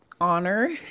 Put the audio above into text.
honor